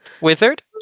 wizard